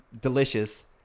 Delicious